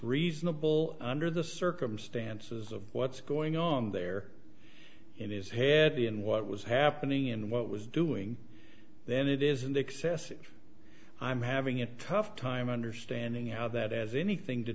reasonable under the circumstances of what's going on there in his head the in what was happening and what was doing then it is excessive i'm having a tough time understanding out that has anything to